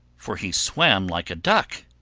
for he swam like a duck.